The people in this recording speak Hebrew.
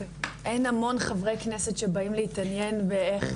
אין המון חברי כנסת שבאים להתעניין באיך